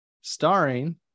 starring